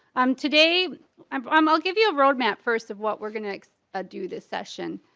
um today um um ah give you a road map first of what we're going to ah do this session.